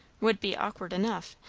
would be awkward enough,